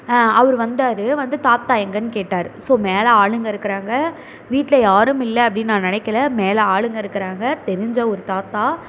அவர் வந்தார் வந்து தாத்தா எங்கேன்னு கேட்டார் ஸோ மேலே ஆளுங்க இருக்கிறாங்க வீட்டில் யாரும் இல்லை அப்படின்னு நான் நினைக்கல மேலே ஆளுங்க இருக்கிறாங்க தெரிஞ்ச ஒரு தாத்தா